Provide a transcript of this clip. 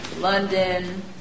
London